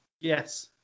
Yes